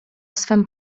swem